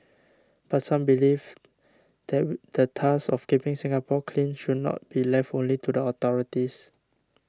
but some believe that the task of keeping Singapore clean should not be left only to the authorities